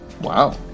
Wow